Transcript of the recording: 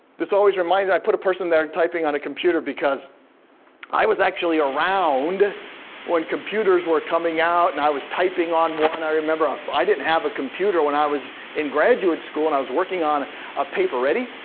this always reminds me, i put a person there typing on a computer because i was actually around when computers were coming out and i was typing on one, i remember. i didn't have a computer when i was in graduate school, and i was working on a paper, ready?